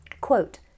Quote